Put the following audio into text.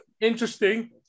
Interesting